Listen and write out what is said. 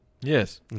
Yes